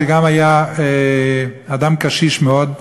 שגם היה אדם קשיש מאוד,